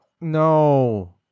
no